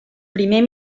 primer